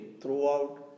throughout